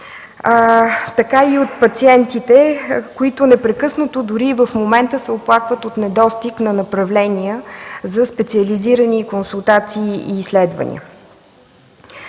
така и от пациентите, които непрекъснато, дори и в момента, се оплакват от недостиг на направления за специализирани консултации и изследвания.